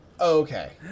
Okay